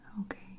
Okay